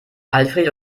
alfred